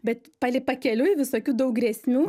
bet pali pakeliui visokių daug grėsmių